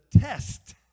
test